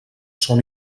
són